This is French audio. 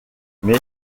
mais